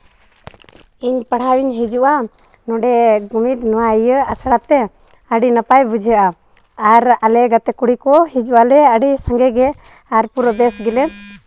ᱤᱧ ᱯᱟᱲᱦᱟᱣ ᱤᱧ ᱦᱤᱡᱩᱜᱼᱟ ᱱᱚᱰᱮ ᱜᱚᱱᱤᱛ ᱱᱚᱣᱟ ᱤᱭᱟᱹ ᱟᱥᱲᱟᱛᱮ ᱟᱹᱰᱤ ᱱᱟᱯᱟᱭ ᱵᱩᱡᱷᱟᱹᱜᱼᱟ ᱟᱨ ᱟᱞᱮ ᱜᱟᱛᱮ ᱠᱩᱲᱤ ᱠᱚ ᱦᱤᱡᱩᱜ ᱟᱞᱮ ᱟᱹᱰᱤ ᱥᱟᱸᱜᱮ ᱜᱮ ᱟᱨ ᱯᱩᱨᱟᱹ ᱵᱮᱥ ᱜᱮᱞᱮ